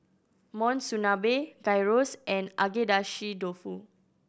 Monsunabe Gyros and Agedashi Dofu